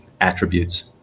attributes